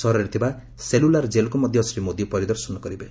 ସହରରେ ଥିବା ସେଲୁଲାର୍ ଜେଲ୍କୁ ମଧ୍ୟ ଶ୍ରୀ ମୋଦି ପରିଦର୍ଶନ କରିବେ